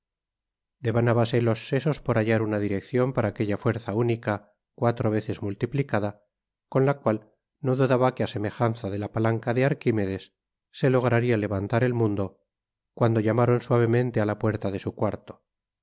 en ello devanábase los sesos por hallar una direccion para aquella fuerza única cuatro veces multiplicada con la cual no dudaba que á semejanza de la patanca de arquimedes se lograria levantar el mundo cuando llamaron suavemente á la puerta de su cuarto